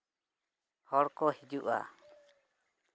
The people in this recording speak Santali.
ᱦᱚᱲᱠᱚ ᱦᱤᱡᱩᱜᱼᱟ